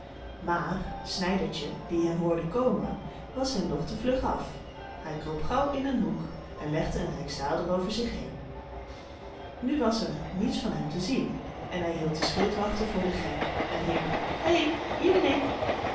maar snijdertje die hen hoorde komen was hen nog te vlug af hij kroop gauw in een hoek en legde een rijksdaalder over zich heen nu was er niets van hem te zien en hij hield de schildwachten voor den gek en riep hé hier ben ik